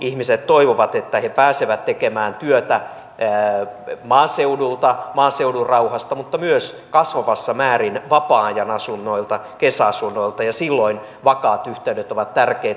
ihmiset toivovat että he pääsevät tekemään työtä maaseudulta maaseudun rauhasta mutta myös kasvavassa määrin vapaa ajan asunnoilta kesäasunnoilta ja silloin vakaat yhteydet ovat tärkeitä